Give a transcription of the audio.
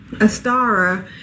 Astara